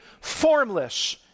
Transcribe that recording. formless